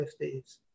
50s